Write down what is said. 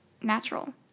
natural